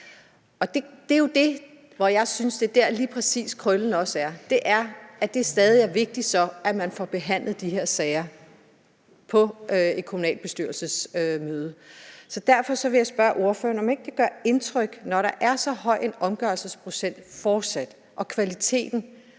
det er jo lige præcis der, jeg synes, krøllen er, nemlig at det så stadig er vigtigt, at man får behandlet de her sager på et kommunalbestyrelsesmøde. Derfor vil jeg spørge ordføreren, om ikke det gør indtryk, når der fortsat er så høj en omgørelsesprocent og kvaliteten